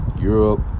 Europe